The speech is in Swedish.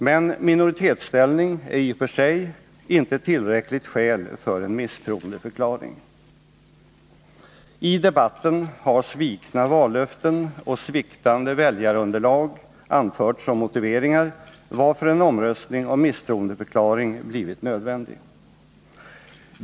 Men minoritetsställning är i och för sig inte tillräckligt skäl för en misstroendeförklaring. I debatten har svikna vallöften och sviktande väljarunderlag anförts som motiveringar, varför en omröstning om misstroendeförklaring blivit nödvändig.